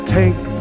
take